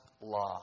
law